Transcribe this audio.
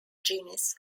genes